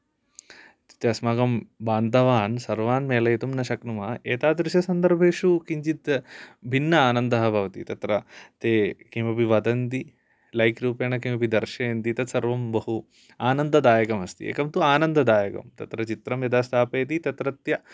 इत्युक्ते अस्माकं बान्धवान् सर्वान् मेलयितुं न शक्नुमः एतादृशसन्दर्भेषु किञ्चित् भिन्न आनन्दः भवति तत्र ते किमपि वदन्ति लैक् रूपेण किमपि दर्शयन्ति तत् सर्वं बहु आनन्ददायकमस्ति एकं तु आनन्ददायकं तत्र चित्रं यदा स्थापयति तत्रत्य